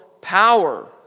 power